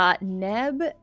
Neb